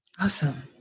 Awesome